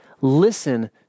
listen